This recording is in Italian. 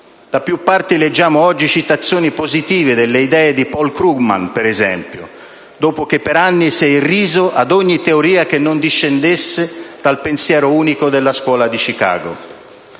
da più parti leggiamo oggi citazioni positive delle idee di Paul Krugman, dopo che per anni si è irriso ad ogni teoria che non discendesse dal pensiero unico della Scuola di Chicago.